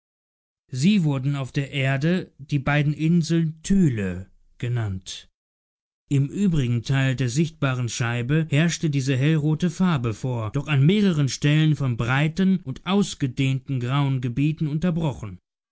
sie werden auf der erde die beiden inseln thyle genannt im übrigen teil der sichtbaren scheibe herrschte diese hellrote farbe vor doch an mehreren stellen von breiten und ausgedehnten grauen gebieten unterbrochen